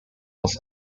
was